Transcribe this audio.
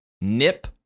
Nip